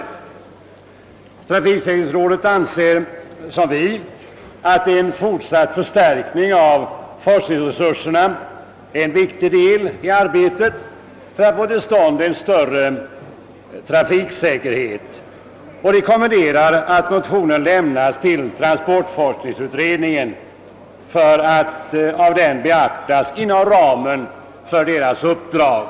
Statens trafiksäkerhetsråd menar i likhet med oss motionärer att en fortsatt förstärkning av forskningsresurserna är en viktig del i arbetet för att få till stånd en större trafiksäkerhet och rekommenderar, att motionen lämnas över till transportforskningsutredningen för att av denna beaktas inom ramen för sitt uppdrag.